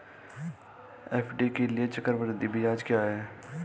FD के लिए चक्रवृद्धि ब्याज क्या है?